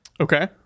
Okay